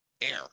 air